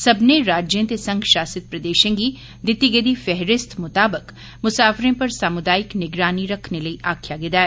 सब्मने राज्ये ते संघ शासित प्रदेशें गी दित्ती गेदी फेरिस्त मुताबक मुसाफरें पर सामुदायिक निगरानी रक्खने लेई आक्खेआ गेदा ऐ